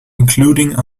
including